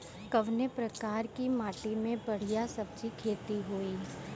कवने प्रकार की माटी में बढ़िया सब्जी खेती हुई?